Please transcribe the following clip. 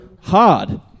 hard